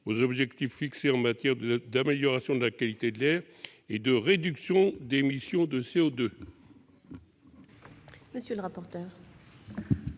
aux objectifs fixés en matière d'amélioration de la qualité de l'air et de réduction d'émissions de CO2.